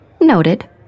Noted